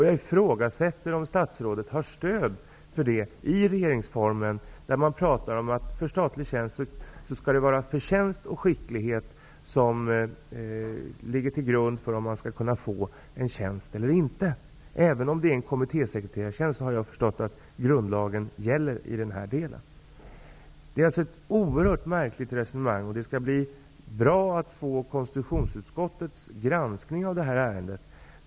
Jag ifrågasätter om statsrådet har stöd för detta i regeringsformen, där det talas om att det för statlig tjänst är förtjänst och skicklighet som skall ligga till grund för om man skall kunna få en tjänst eller inte. Såvitt jag förstår gäller grundlagen även om det rör sig om en kommittésekreterartjänst. Statsrådets resonemang är alltså oerhört märkligt. Det är bra att konstitutionsutskottet granskar det här ärendet.